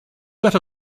set